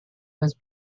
was